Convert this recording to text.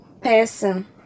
person